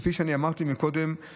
כפי שאני אמרתי מקודם,